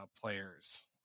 players